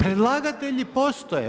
Predlagatelji postoje.